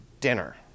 dinner